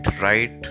right